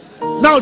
Now